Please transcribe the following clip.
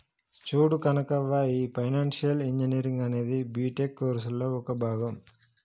చూడు కనకవ్వ, ఈ financial engineering అనేది బీటెక్ కోర్సులలో ఒక భాగం